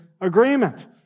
agreement